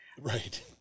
Right